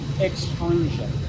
extrusion